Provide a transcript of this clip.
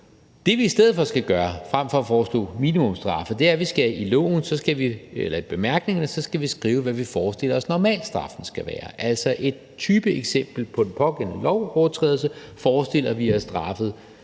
Det, vi i stedet for skal gøre – frem for at foreslå minimumsstraffe – er, at vi i bemærkningerne til loven skal skrive, hvad vi forestiller os at normalstraffen skal være. Altså, et typeeksempel på den pågældende lovovertrædelse forestiller vi os straffet